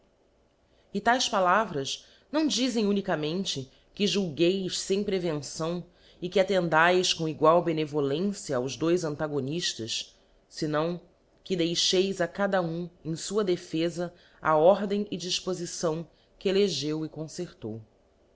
adverfarios íies palavras não dizem unicamente que julgueis fem xenção e que attendaes com egual benevolência aos i antagoniftas fenão que deixeis a cada um em fua za a ordem e difpolição que elegeu e concertou